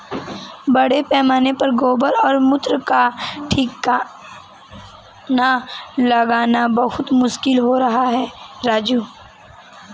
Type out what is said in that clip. बड़े पैमाने पर गोबर और मूत्र का ठिकाना लगाना बहुत मुश्किल हो रहा है राजू